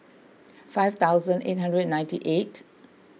five thousand eight hundred and ninety eight